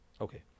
okay